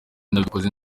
nabikoze